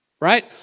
Right